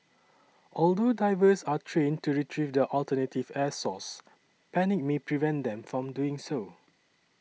although divers are trained to retrieve their alternative air source panic may prevent them from doing so